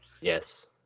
Yes